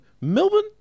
Melbourne